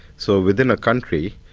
so, within a country,